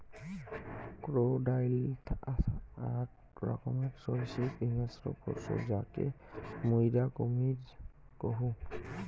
crocodile আক রকমের সরীসৃপ হিংস্র পশু যাকে মুইরা কুমীর কহু